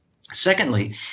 Secondly